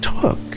took